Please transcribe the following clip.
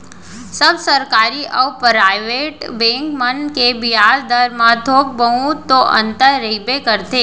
सब सरकारी अउ private bank मन के बियाज दर म थोक बहुत तो अंतर रहिबे करथे